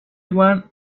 even